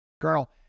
Colonel